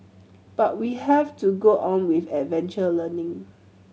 but we have to go on with adventure learning